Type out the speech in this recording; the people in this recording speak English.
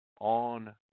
on